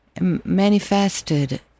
manifested